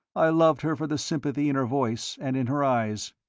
i loved her for the sympathy in her voice and in her eyes.